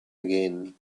again